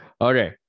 Okay